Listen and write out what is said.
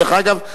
דרך אגב,